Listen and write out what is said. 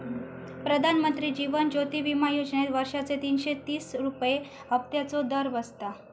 प्रधानमंत्री जीवन ज्योति विमा योजनेत वर्षाचे तीनशे तीस रुपये हफ्त्याचो दर बसता